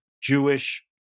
Jewish